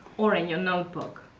or in your notebook.